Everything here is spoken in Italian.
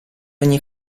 ogni